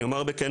אני אומר בכנות.